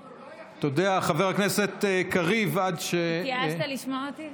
הוא לא היחיד, התייאשת לשמוע אותי?